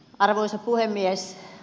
arvoisa puhemies